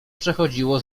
przechodziło